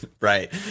right